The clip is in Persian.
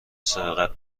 سرقت